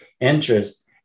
Interest